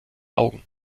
augen